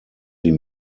sie